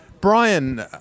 Brian